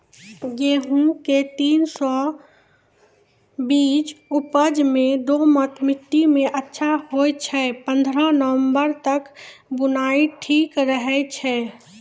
गेहूँम के तीन सौ तीन बीज उपज मे दोमट मिट्टी मे अच्छा होय छै, पन्द्रह नवंबर तक बुआई ठीक रहै छै